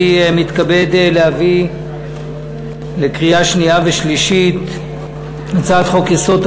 אני מתכבד להביא לקריאה שנייה ושלישית הצעת חוק-יסוד: